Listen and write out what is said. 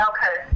Okay